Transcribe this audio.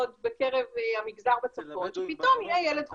בקרב המגזר בצפון שפתאום יהיה ילד חולה,